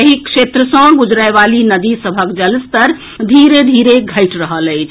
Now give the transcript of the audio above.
एहि क्षेत्र सँ गुजरएवाली नदी सभक जलस्तर धीरे धीरे घटि रहल अछि